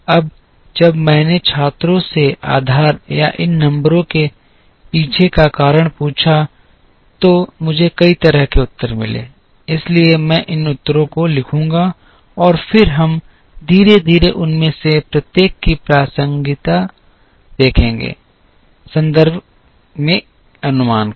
अब जब मैंने छात्रों से आधार या इन नंबरों के पीछे का कारण पूछा तो मुझे कई तरह के उत्तर मिले इसलिए मैं इन उत्तरों को लिखूंगा और फिर हम धीरे धीरे उनमें से प्रत्येक की प्रासंगिकता देखेंगे संदर्भ में पूर्वानुमान का